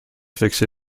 fikse